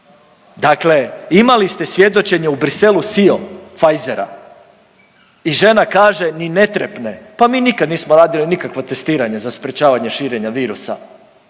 dakle imali ste svjedočenje u Bruxellesu SIO Pfizera i žena kaže ni ne trepne, pa mi nikad nismo radili nikakva testiranja za sprječavanje širenja virusa,